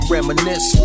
Reminisce